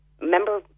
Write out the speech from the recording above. remember